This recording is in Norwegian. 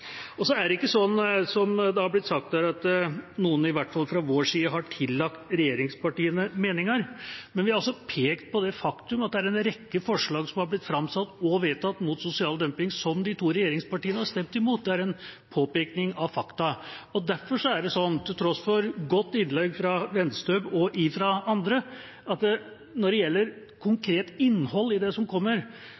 Så er det ikke slik, som det har blitt sagt her, at noen – i hvert fall fra vår side – har tillagt regjeringspartiene meninger, men vi har pekt på det faktum at det er en rekke forslag som har blitt framsatt og vedtatt mot sosial dumping, som de to regjeringspartiene har stemt imot. Det er en påpekning av fakta. Derfor er det slik – til tross for et godt innlegg fra Wenstøb og andre – at når det gjelder